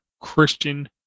Christian